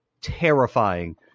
terrifying